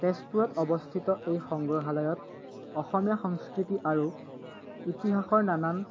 তেজপুৰত অৱস্থিত এই সংগ্ৰহালয়ত অসমীয়া সংস্কৃতি আৰু ইতিহাসৰ নানান